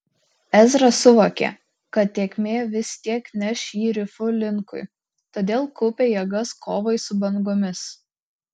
ezra suvokė kad tėkmė vis tiek neš jį rifų linkui todėl kaupė jėgas kovai su bangomis